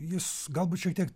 jis galbūt šiek tiek